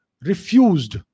refused